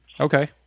Okay